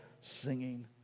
singing